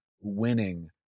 winning